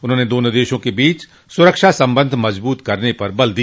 उन्होंने दोनों देशों के बीच स्रक्षा संबंध मजबूत करने पर बल दिया